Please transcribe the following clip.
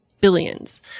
billions